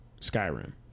Skyrim